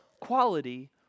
quality